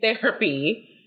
therapy